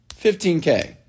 15K